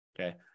Okay